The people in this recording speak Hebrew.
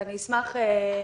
ואני אשמח, פרופ'